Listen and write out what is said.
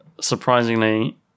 surprisingly